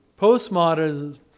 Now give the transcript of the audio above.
postmodernism